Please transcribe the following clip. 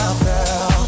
girl